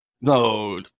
No